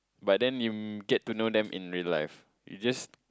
but then you get to know them in real life you just